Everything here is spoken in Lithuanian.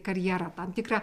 karjerą tam tikrą